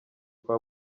kwa